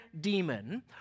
demon